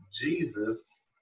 Jesus